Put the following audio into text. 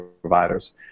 providers